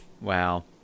Wow